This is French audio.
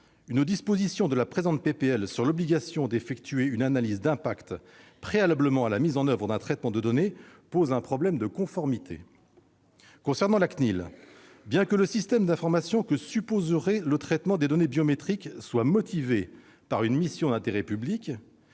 une disposition prévoyant l'obligation d'effectuer une analyse d'impact préalablement à la mise en oeuvre d'un traitement de données pose un problème de conformité. En ce qui concerne la CNIL, bien que le système d'informations que supposerait le traitement des données biométriques soit motivé par une mission d'intérêt public,